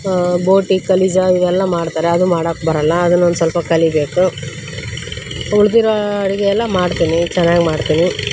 ಬೋಟಿ ಕಲಿಜಾ ಇದೆಲ್ಲ ಮಾಡ್ತಾರೆ ಅದು ಮಾಡಕ್ಕ ಬರೋಲ್ಲ ಅದನ್ನೊಂದು ಸ್ವಲ್ಪ ಕಲಿಯಬೇಕು ಉಳಿದಿರೋ ಅಡುಗೆಯೆಲ್ಲ ಮಾಡ್ತೀನಿ ಚೆನ್ನಾಗಿ ಮಾಡ್ತೀನಿ